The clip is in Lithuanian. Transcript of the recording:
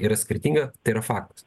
yra skirtinga tai yra faktas